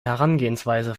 herangehensweise